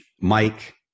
Mike